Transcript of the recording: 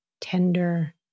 tender